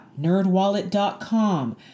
nerdwallet.com